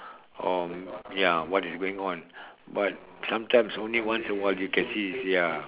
or ya what is going on but sometimes only once in a while you can see is ya